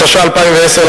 התשע"א 2010,